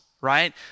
right